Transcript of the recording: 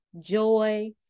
joy